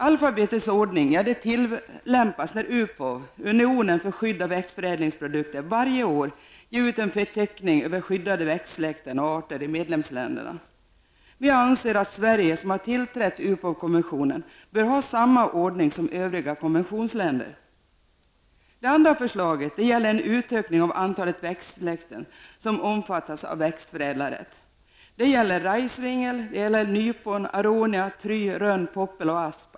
Alfabetisk ordning tillämpas när UPOV -- unionen för skydd av växtförädlingsprodukter -- varje år ger ut en förteckning över skyddade växtsläkten och arter i medlemsländerna. Vi anser att Sverige som har tillträtt UPOV-konventionen bör ha samma ordning som i övriga konventionsländer. Det andra förslaget gäller en utökning av antalet växtsläkten som skall omfattas av växtförädlarrätt. Det gäller rajsvingel, nypon, aronia, try, rönn, poppel och asp.